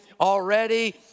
already